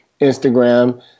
Instagram